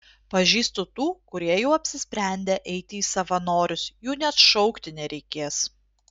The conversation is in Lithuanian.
pažįstu tų kurie jau apsisprendę eiti į savanorius jų net šaukti nereikės